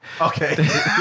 Okay